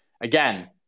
again